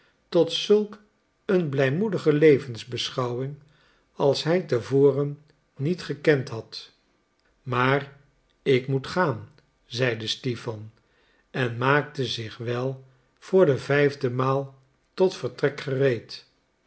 tot zulk een blijmoedige levensbeschouwing als hij tevoren niet gekend had maar ik moet gaan zeide stipan en maakte zich wel voor de vijfde maal tot vertrek gereed